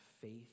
faith